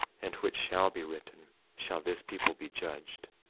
and which shall be written, shall this people be judged,